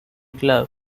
club